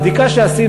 לפי בדיקה שעשינו,